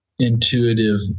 intuitive